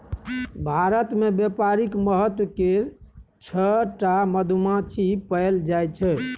भारत मे बेपारिक महत्व केर छअ टा मधुमाछी पएल जाइ छै